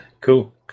cool